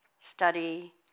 study